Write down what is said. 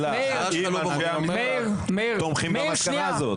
אני שואל שאלה: האם אנשי המקצוע תומכים במסקנה הזאת?